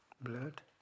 blood